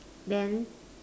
then